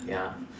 ya